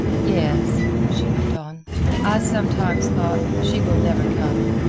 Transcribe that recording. yes, she went on i sometimes thought she will never come.